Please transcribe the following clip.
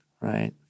right